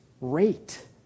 rate